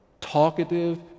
talkative